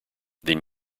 then